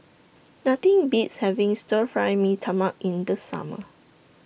Nothing Beats having Stir Fry Mee Tai Mak in The Summer